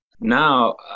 Now